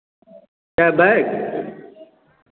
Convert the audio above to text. क्या बैग